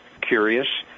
curious